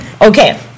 Okay